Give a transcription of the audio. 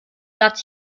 blatt